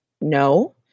no